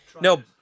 No